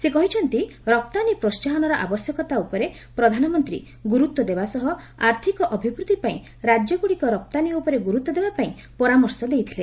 ସେ କହିଛନ୍ତି ରପ୍ତାନୀ ପ୍ରୋହାହନର ଆବଶ୍ୟକତା ଉପରେ ପ୍ରଧାନମନ୍ତ୍ରୀ ଗୁରୁତ୍ୱ ଦେବା ସହ ଆର୍ଥିକ ଅଭିଚିଦ୍ଧି ପାଇଁ ରାଜ୍ୟଗୁଡ଼ିକ ରପ୍ତାନୀ ଉପରେ ଗୁରୁତ୍ୱ ଦେବା ପାଇଁ ପରାମର୍ଶ ଦେଇଥିଲେ